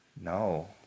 no